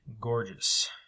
Gorgeous